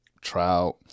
trout